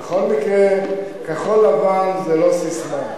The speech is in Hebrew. בכל מקרה, כחול-לבן זה לא ססמה.